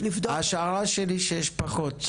ההשערה שלי היא שיש פחות.